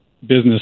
business